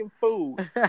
food